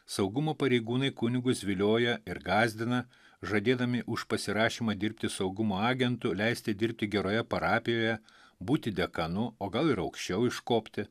saugumo pareigūnai kunigus vilioja ir gąsdina žadėdami už pasirašymą dirbti saugumo agentu leisti dirbti geroje parapijoje būti dekanu o gal ir aukščiau iškopti